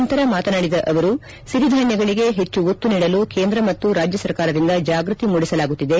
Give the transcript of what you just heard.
ನಂತರ ಮಾತನಾಡಿದ ಅವರು ಸಿರಿಧಾನ್ಯಗಳಿಗೆ ಹೆಚ್ಚು ಒತ್ತು ನೀಡಲು ಕೇಂದ್ರ ಮತ್ತು ರಾಜ್ಯ ಸರ್ಕಾರದಿಂದ ಜಾಗ್ಯತಿ ಮೂಡಿಸಲಾಗುತ್ತಿದೆ